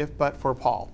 if but for paul